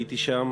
הייתי שם,